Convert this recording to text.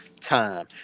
time